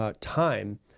time